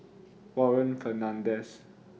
Warren Fernandez